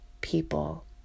people